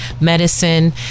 medicine